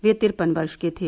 वह तिरपन वर्ष के थे